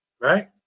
Right